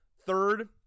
third